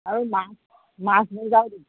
আৰু মাছ মাছ ভজাও দিব